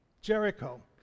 Jericho